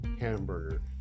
hamburger